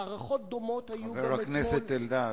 הערכות דומות היו גם אתמול,